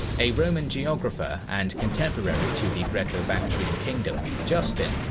a roman geographer and contemporary to the greco-bactrian kingdom, justin,